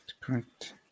correct